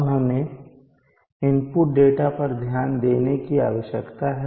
अब हमें input data पर ध्यान देने की आवश्यकता है